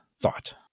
thought